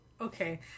Okay